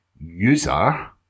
user